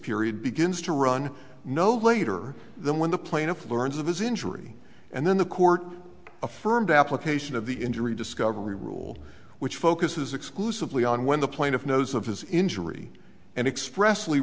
period begins to run no later than when the plaintiff learns of his injury and then the court affirmed application of the injury discovery rule which focuses exclusively on when the plaintiff knows of his injury and express